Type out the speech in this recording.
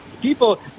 People